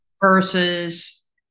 versus